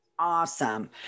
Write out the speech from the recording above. Awesome